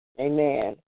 amen